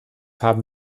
haben